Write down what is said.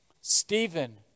Stephen